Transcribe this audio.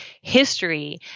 history